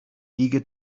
eager